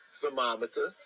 thermometer